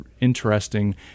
interesting